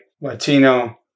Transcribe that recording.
Latino